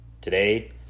Today